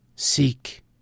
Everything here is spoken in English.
seek